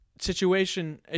situation